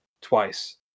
twice